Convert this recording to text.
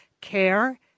care